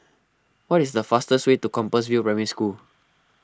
what is the fastest way to Compassvale Primary School